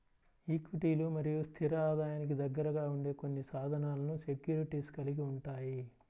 ఈక్విటీలు మరియు స్థిర ఆదాయానికి దగ్గరగా ఉండే కొన్ని సాధనాలను సెక్యూరిటీస్ కలిగి ఉంటాయి